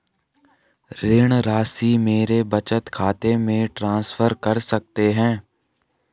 ऋण राशि मेरे बचत खाते में ट्रांसफर कर सकते हैं?